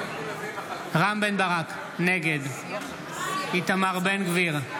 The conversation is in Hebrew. נגד איתמר בן גביר,